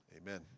Amen